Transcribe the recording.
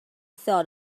thought